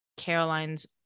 Caroline's